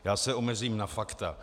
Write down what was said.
Já se omezím na fakta.